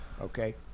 Okay